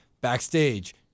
backstage